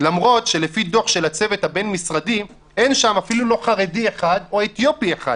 למרות שלפי דוח של הצוות הבין-משרדי אין שם אף לא חרדי או אתיופי אחד,